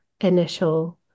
initial